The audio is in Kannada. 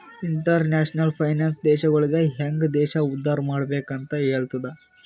ಇಂಟರ್ನ್ಯಾಷನಲ್ ಫೈನಾನ್ಸ್ ದೇಶಗೊಳಿಗ ಹ್ಯಾಂಗ್ ದೇಶ ಉದ್ದಾರ್ ಮಾಡ್ಬೆಕ್ ಅಂತ್ ಹೆಲ್ತುದ